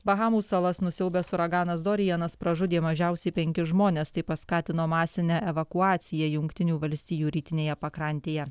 bahamų salas nusiaubęs uraganas dorianas pražudė mažiausiai penkis žmones tai paskatino masinę evakuaciją jungtinių valstijų rytinėje pakrantėje